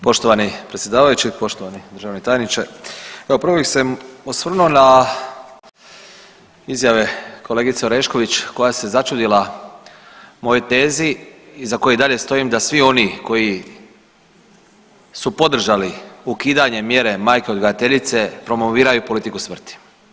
Poštovani predsjedavajući, poštovani državni tajniče, evo prvo bih se osvrnuo na izjave kolegice Orešković koja se začudila mojoj tezi iza koje i dalje stojim da svi oni koji su podržali ukidanje mjere „majke odgajateljice“ promoviraju politiku smrti.